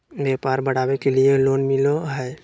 व्यापार बढ़ावे के लिए लोन मिलो है?